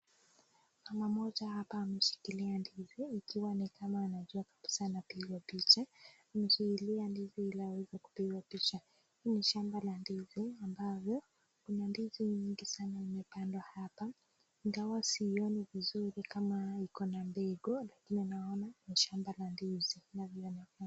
Mama mmoja hapa ameshikilia ndizi ikiwa ni kama anajua kabisa anapigwa picha. Amezuilia ndizi ili aweze kupigwa picha. Hii ni shamba la ndizi ambavyo kuna ndizi nyingi sana zimepandwa hapa. Ingawa sioni vizuri kama iko na mbegu lakini naona ni shamba la ndizi na vile amevaa.